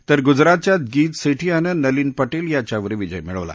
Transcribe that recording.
तर गुजरातच्या गीत सेठी याने नलीन पटेल याच्यावर विजय मिळवला